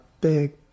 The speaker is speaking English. big